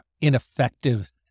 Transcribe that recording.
ineffective